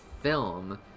film